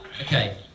okay